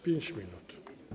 5 minut.